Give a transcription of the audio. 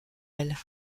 elle